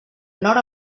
nord